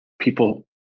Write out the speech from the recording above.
people